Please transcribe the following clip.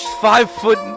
five-foot